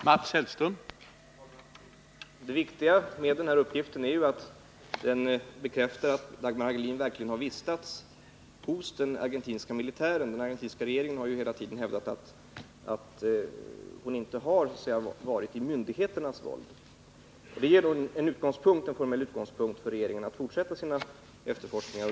Herr talman! Det viktiga med den här uppgiften är att den bekräftar att Dagmar Hagelin verkligen har vistats hos den argentinska militären. Den argentinska regeringen har ju hela tiden hävdat att hon inte har så att säga varit i myndigheternas våld. Detta ger en formell utgångspunkt för regeringen att fortsätta sina efterforskningar.